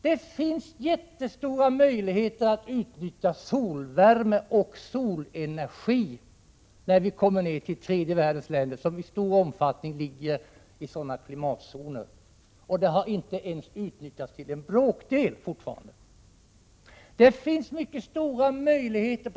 Det finns jättestora möjligheter att utnyttja solvärme och solenergi i tredje världens länder, som i stor utsträckning ligger i sådana klimatzoner där det är fördelaktigt. Det har fortfarande inte utnyttjats ens till en bråkdel.